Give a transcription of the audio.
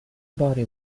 body